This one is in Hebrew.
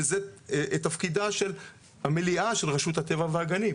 שזה תפקידה של המליאה של רשות הטבע והגנים.